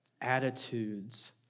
attitudes